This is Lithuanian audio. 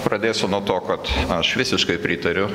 pradėsiu nuo to kad aš visiškai pritariu